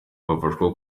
bafashwa